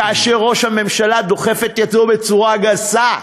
כאשר ראש הממשלה דוחף את ידו בצורה גסה.